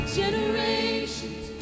generations